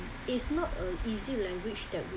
it's not a easy language that we